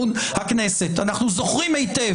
עד פסק דין חלוט למה השתמשתי במילה נורבגים?